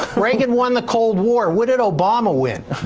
reagan won the cold war. what did obama win?